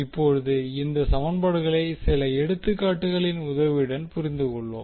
இப்போது இந்த சமன்பாடுகளை சில எடுத்துக்காட்டுகளின் உதவியுடன் புரிந்துகொள்வோம்